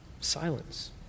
Silence